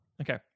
Okay